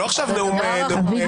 לא עכשיו נאום לאומה.